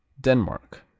Denmark